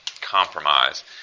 compromise